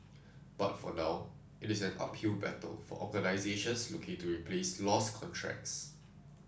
but for now it is an uphill battle for organisations looking to replace lost contracts